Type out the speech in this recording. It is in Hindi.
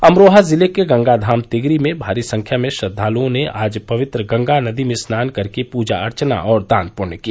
अमरोहा जिले के गंगाधाम तिगरी में भारी संख्या में श्रद्वालुओं ने आज पवित्र गंगा नदी में स्नान कर के पूजा अर्चना और दान पृष्य किया